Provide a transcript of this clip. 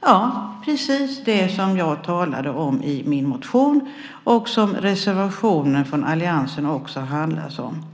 Det är precis det som jag talade om i min motion och som reservationen från alliansen också handlar om. Det handlar om